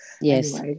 Yes